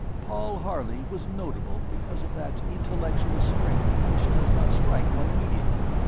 paul harley was notable because of that intellectual strength which does not strike one immediately,